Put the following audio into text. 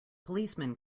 policemen